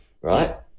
right